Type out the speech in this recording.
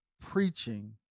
preaching